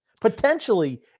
Potentially